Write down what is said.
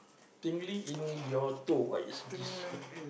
tingling in your toe what is this